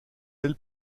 ailes